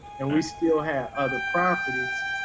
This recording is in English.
and we still have other properties.